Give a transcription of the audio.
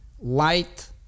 Light